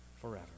forever